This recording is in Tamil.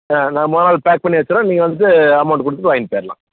ஆ நான் மொதல் நாள் பேக் பண்ணி வெச்சிடுறேன் நீங்கள் வந்து அமௌண்ட்டு கொடுத்துட்டு வாங்கிட்டு போயிடலாம்